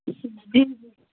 जी जी